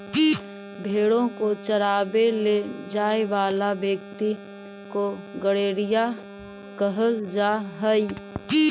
भेंड़ों को चरावे ले जाए वाला व्यक्ति को गड़ेरिया कहल जा हई